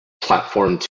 platform